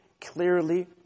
clearly